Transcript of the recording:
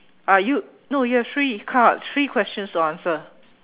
uh you no you have three cards three questions to answer